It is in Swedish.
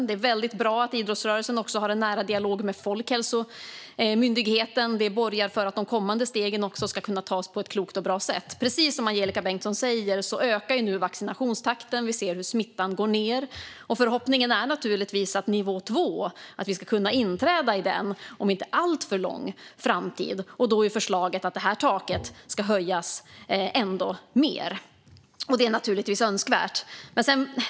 Det är bra att idrottsrörelsen också har en nära dialog med Folkhälsomyndigheten, för det borgar för att även de kommande stegen ska kunna tas på ett klokt och bra sätt. Precis som Angelika Bengtsson säger ökar nu vaccinationstakten, och vi ser hur smittan går ned. Förhoppningen är naturligtvis att vi ska kunna inträda i nivå 2 inom en inte alltför avlägsen framtid, och då är förslaget att det här taket ska höjas ännu mer. Det är naturligtvis önskvärt.